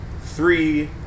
Three